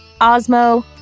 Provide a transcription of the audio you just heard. Osmo